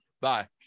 Bye